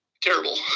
terrible